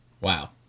Wow